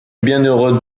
bienheureux